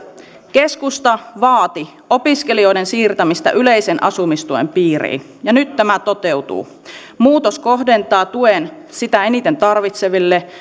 keskusta vaati opiskelijoiden siirtämistä yleisen asumistuen piiriin ja nyt tämä toteutuu muutos kohdentaa tuen sitä eniten tarvitseville